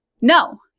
no